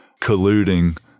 colluding